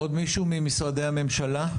עוד מישהו ממשרדי הממשלה?